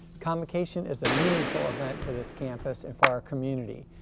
convocation is a meaningful event for this campus and for our community.